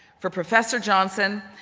for professor johnson,